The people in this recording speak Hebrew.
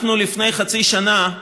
לפני חצי שנה,